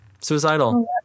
Suicidal